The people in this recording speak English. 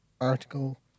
article